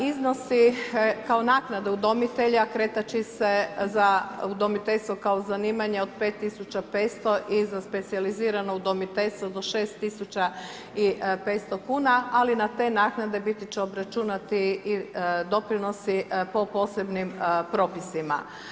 Iznosi, kao naknada udomitelja kretati će za udomiteljstvo kao zanimanje od 5500 i za specijalizirano udomiteljstvo do 6500 kn, ali na te naknade, biti će obračunate i doprinosi po posebnim propisima.